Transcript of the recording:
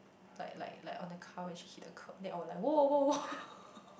like like like on the car when she hit the kerb then I will like !woah! !woah! !woah!